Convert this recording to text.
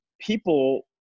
people